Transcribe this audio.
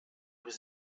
was